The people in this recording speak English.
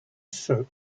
soup